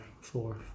four